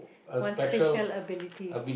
one special ability